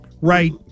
Right